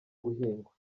guhingwa